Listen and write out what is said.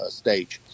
stage